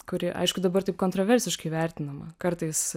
kuri aišku dabar taip kontroversiškai vertinama kartais